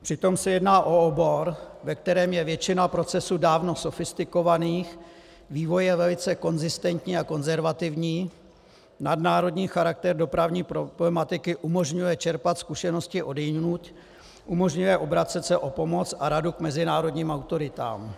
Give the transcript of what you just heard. Přitom se jedná o obor, ve kterém je většina procesů dávno sofistikovaných, vývoj je velice konzistentní a konzervativní, nadnárodní charakter dopravní problematiky umožňuje čerpat zkušenosti odjinud, umožňuje obracet se o pomoc a radu k mezinárodním autoritám.